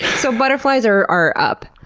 so butterflies are are up,